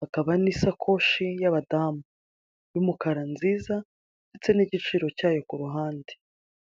hakaba n'isakoshi y'abadamu y'umukara nziza ndetse n'igiciro cyayo ku ruhande.